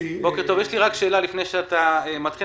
יש לי רק שאלה לפני שאתה מתחיל,